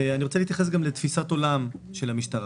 אני רוצה להתייחס גם לתפיסת העולם של המשטרה.